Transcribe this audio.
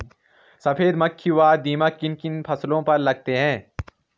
सफेद मक्खी व दीमक किन किन फसलों पर लगते हैं?